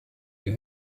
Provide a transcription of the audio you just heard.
you